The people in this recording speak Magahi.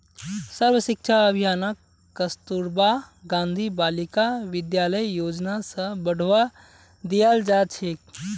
सर्व शिक्षा अभियानक कस्तूरबा गांधी बालिका विद्यालय योजना स बढ़वा दियाल जा छेक